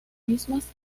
mismas